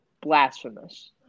blasphemous